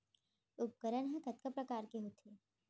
उपकरण हा कतका प्रकार के होथे?